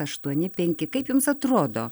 aštuoni penki kaip jums atrodo